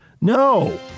No